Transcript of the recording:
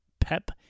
Pep